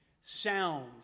Sound